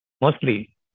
Mostly